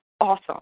awesome